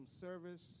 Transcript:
service